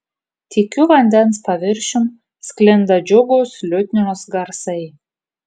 tykiu vandens paviršium sklinda džiugūs liutnios garsai